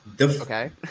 okay